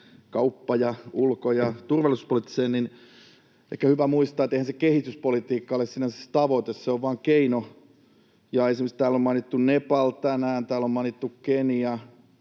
kauppa- ja ulko- ja turvallisuuspoliittisessa, on ehkä hyvä muistaa, että eihän se kehityspolitiikka ole sinänsä se tavoite vaan se on vain keino. Esimerkiksi täällä on tänään mainittu Nepal ja täällä on mainittu Kenia